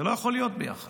זה לא יכול להיות ביחד.